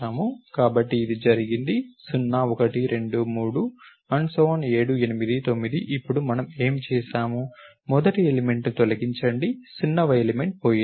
కాబట్టి ఇది జరిగింది 0 1 2 3 7 8 9 అప్పుడు మనం ఏమి చేసాము మొదటి ఎలిమెంట్ ని తొలగించండి 0 వ ఎలిమెంట్ పోయింది